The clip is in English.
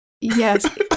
yes